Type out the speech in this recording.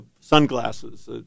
sunglasses